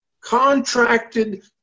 contracted